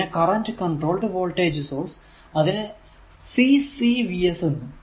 പിന്നെ current controlled voltage source അതിനെ CCVS എന്നും